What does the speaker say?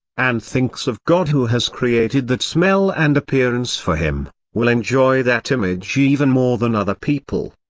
and thinks of god who has created that smell and appearance for him, will enjoy that image even more than other people.